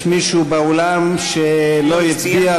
יש מישהו באולם שלא הצביע,